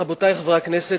רבותי חברי הכנסת,